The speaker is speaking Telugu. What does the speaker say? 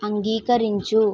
అంగీకరించు